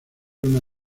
una